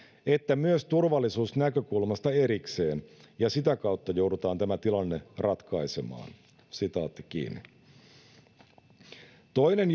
että myös turvallisuusnäkökulmasta erikseen ja sitä kautta joudutaan tämä tilanne ratkaisemaan toinen